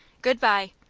good-bye!